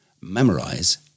memorize